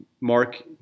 Mark